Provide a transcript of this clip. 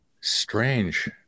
Strange